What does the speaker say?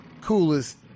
coolest